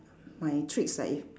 my tricks ah if